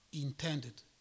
intended